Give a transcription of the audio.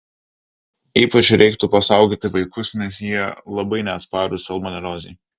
ypač reiktų pasaugoti vaikus nes jie labai neatsparūs salmoneliozei